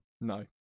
No